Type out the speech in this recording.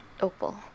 opal